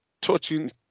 touching